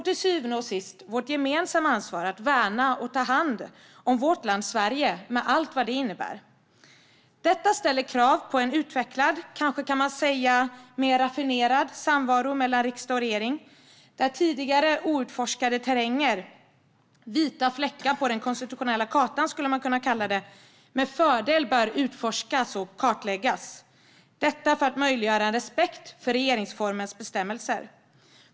Till syvende och sist har vi ett gemensamt ansvar att värna och ta hand om vårt land Sverige med allt vad det innebär. Detta ställer krav på en utvecklad och kanske mer raffinerad samvaro mellan riksdag och regering där tidigare outforskad terräng, vita fläckar på den konstitutionella kartan, med fördel bör utforskas och kartläggas. På så vis möjliggörs en respekt för regeringsformens bestämmelser.